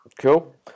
cool